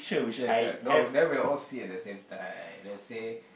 K K no then we will all see at the same time let's say